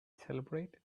celebrate